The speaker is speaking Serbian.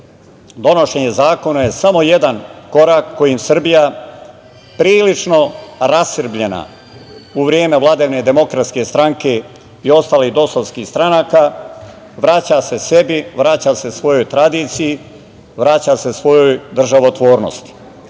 donošenje zakona je samo jedan korak kojim Srbija prilično rasrbljena u vreme vladavine Demokratske stranke i ostalih dosovskih stranaka, vraća se sebi, vraća se svojoj tradiciji, vraća se svojoj državotvornosti.